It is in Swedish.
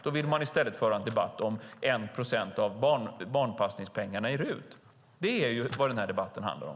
De vill i stället föra en debatt om 1 procent av barnpassningspengarna i RUT. Det är vad debatten handlar om.